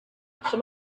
some